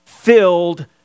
Filled